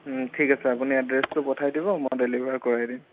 ঠিক আছে আপুনি এড্ৰেছটো পঠাই দিব মই ডেলিভাৰ কৰাই দিম